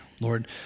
Lord